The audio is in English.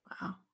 wow